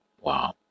Wow